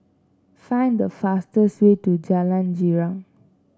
find the fastest way to Jalan Girang